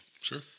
Sure